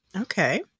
Okay